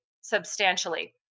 substantially